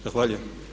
Zahvaljujem.